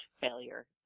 failure